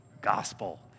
Gospel